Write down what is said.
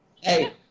hey